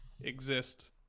exist